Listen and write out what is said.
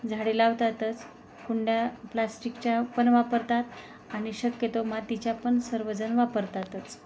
झाडे लावतातच कुंड्या प्लास्टिकच्या पण वापरतात आणि शक्यतो मातीच्या पण सर्वजण वापरतातच